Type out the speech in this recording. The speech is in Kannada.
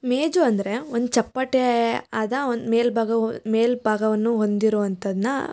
ಮೇಜು ಅಂದರೆ ಒಂದು ಚಪ್ಪಟೆ ಆದ ಒಂದು ಮೇಲ್ಭಾಗವು ಮೇಲ್ಭಾಗವನ್ನು ಹೊಂದಿರುವಂಥದ್ನ